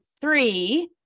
three